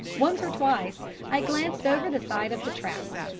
once or twice i glanced over the side of the trap.